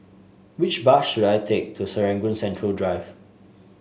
which bus should I take to Serangoon Central Drive